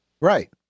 Right